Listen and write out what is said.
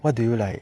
what do you like